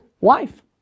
wife